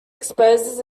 exposes